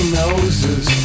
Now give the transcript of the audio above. noses